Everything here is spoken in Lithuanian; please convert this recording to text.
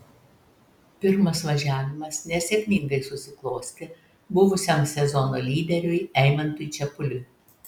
pirmas važiavimas nesėkmingai susiklostė buvusiam sezono lyderiui eimantui čepuliui